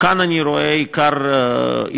כאן אני רואה את עיקר תפקידנו.